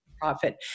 profit